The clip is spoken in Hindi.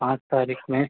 पाँच तारीख में